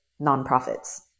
nonprofits